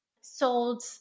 sold